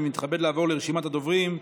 אני מתכבד לעבור לרשימת הדוברים.